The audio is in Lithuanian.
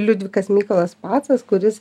liudvikas mykolas pacas kuris